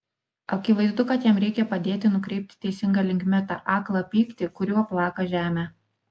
akivaizdu kad jam reikia padėti nukreipti teisinga linkme tą aklą pyktį kuriuo plaka žemę